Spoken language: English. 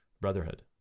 brotherhood